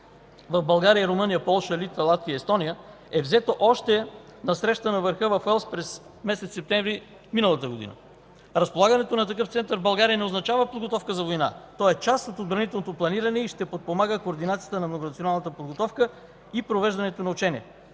в България, Румъния, Полша, Литва, Латвия и Естония е взето още на срещата на върха в Уелс през месец септември миналата година. Разполагането на такъв център в България не означава подготовка за война. Той е част от отбранителното планиране и ще подпомага координацията на многонационалната подготовка и провеждането на ученията.